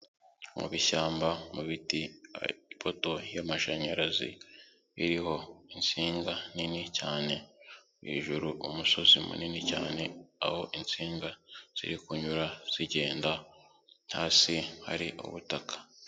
Mu ibishyamba mu biti, hari ipoto y'amashanyarazi iriho insinga nini cyane hejuru. Umusozi munini cyane aho insinga ziri kunyura zigenda, hasi hari ubutaka